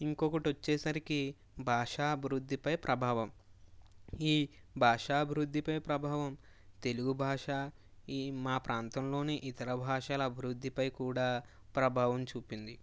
ఇంకొకటి వచ్చేసరికి భాషాభివృద్ధిపై ప్రభావం ఈ భాషాభివృద్ధిపై ప్రభావం తెలుగు భాష ఈ మా ప్రాంతంలోని ఇతర భాషల అభివృద్ధిపై కూడా ప్రభావం చూపింది